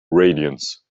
radiance